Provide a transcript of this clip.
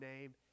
name